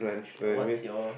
what's your